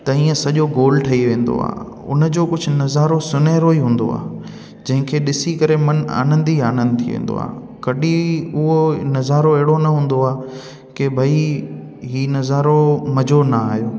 त ईअं सॼो गोलु ठही वेंदो आहे हुन जो कुझु नज़ारो सुनहरो ई हूंदो आहे जंहिंखे ॾिसी करे मन आनंद ई आनंद थी वेंदो आहे कॾहिं उहो नज़ारो अहिड़ो न हूंदो आहे की बई हीउ नज़ारो मज़ो न आयो